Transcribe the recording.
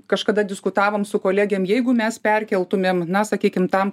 kažkada diskutavom su kolegėm jeigu mes perkeltumėm na sakykim tam